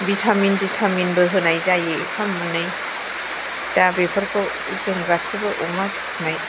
vitamin भिटामिनबो होनाय जायो मोनफा मोननै दा बेफोरखौ जों गासिबो अमा फिसिनाय